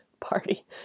party